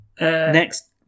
Next